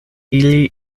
ili